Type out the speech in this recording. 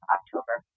October